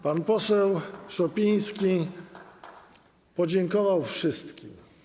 Pan poseł Szopiński podziękował wszystkim.